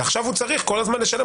ועכשיו הוא צריך כל הזמן באוטומט לשלם